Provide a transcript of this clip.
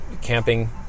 camping